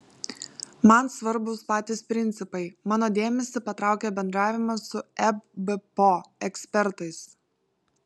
man svarbūs patys principai mano dėmesį patraukė bendravimas su ebpo ekspertais